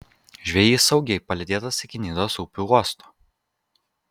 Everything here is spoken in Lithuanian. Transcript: žvejys saugiai palydėtas iki nidos upių uosto